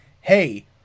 hey